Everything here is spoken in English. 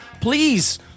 please